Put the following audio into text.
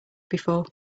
before